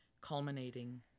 culminating